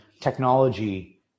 technology